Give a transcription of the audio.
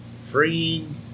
freeing